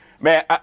Man